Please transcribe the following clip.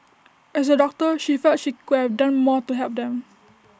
as A doctor she felt she could have done more to help them